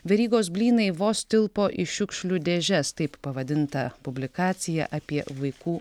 verygos blynai vos tilpo į šiukšlių dėžes taip pavadinta publikacija apie vaikų